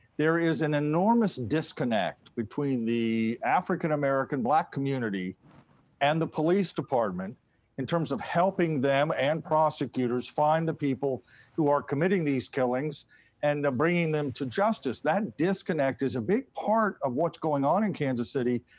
there is an enormous disconnect between the african-american black community and the police department in terms of helping them and prosecutors find the people who are committing these killings and bringing them to justice. that disconnect is a big part of what's going on in kansas city.